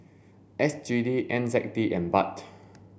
S G D N Z D and Baht